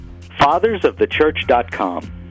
Fathersofthechurch.com